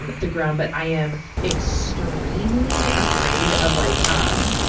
um the ground. but i am extremely afraid of like, um,